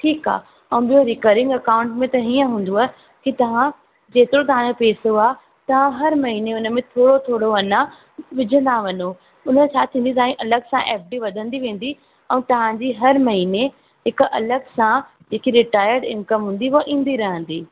ठीकु आहे ॿियों रिकरिंग अकाउंट में त हीयं हूंदव की तव्हां जेतिरो तव्हांजो पैसो आहे तव्हां हर महीने हुन में थोरो थोरो अञा विझंदा वञो हुन छा थींदी ताईं अलॻि सां एफ डी वधंदी वेंदी ऐं तव्हांजी हर महीने हिकु अलॻि सां हिकु रिटायड इनकम हूंदी उहा ईंदी रहंदी